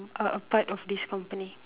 are a part of this company